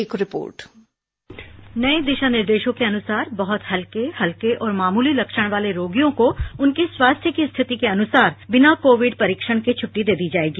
एक रिपोर्ट नए दिशा निर्देशों के अनुसार बहुत हल्के हल्के और मामूली लक्षण वाले रोगियों को उनके स्वास्थ्य की स्थिति के अनुसार बिना कोविड परीक्षण के छट्टी दे दी जाएगी